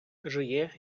жиє